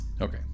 okay